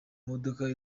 modoka